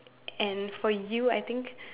and for you I think